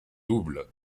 double